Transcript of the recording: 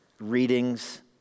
readings